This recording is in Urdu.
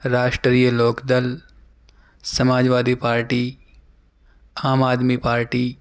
Rashtriya Lok Dal Samajwadi party Aam Aadmi party